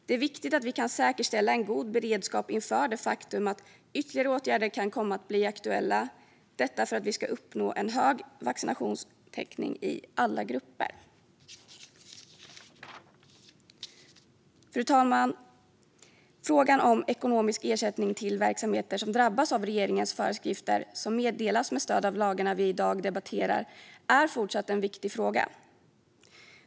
Det är viktigt att vi kan säkerställa en god beredskap inför det faktum att ytterligare åtgärder kan komma att bli aktuella, detta för att vi ska uppnå en hög vaccinationstäckning i alla grupper. Fru talman! Frågan om ekonomisk ersättning till verksamheter som drabbas av regeringens föreskrifter som meddelas med stöd av lagarna vi i dag debatterar är fortsatt en viktig fråga.